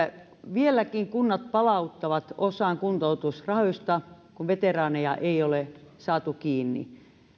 vieläkin kunnat palauttavat osan kuntoutusrahoista kun veteraaneja ei ole saatu kiinni